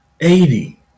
eighty